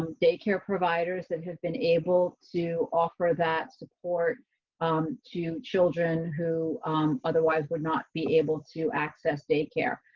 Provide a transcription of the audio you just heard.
um daycare providers that have been able to offer that support um to children who otherwise would not be able to access daycare.